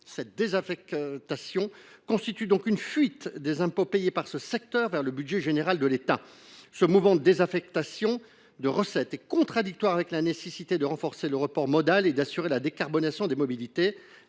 Cette désaffectation constitue donc une fuite des impôts payés par ce secteur vers le budget général de l’État. Ce mouvement est contradictoire avec la nécessité de renforcer le report modal et d’assurer la décarbonation des mobilités.